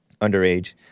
underage